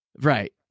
Right